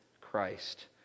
Christ